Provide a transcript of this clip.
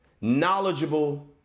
knowledgeable